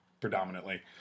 predominantly